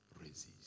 resist